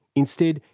instead,